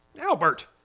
Albert